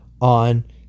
on